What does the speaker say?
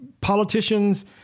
politicians